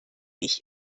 ich